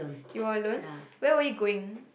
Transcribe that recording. you were alone where were you going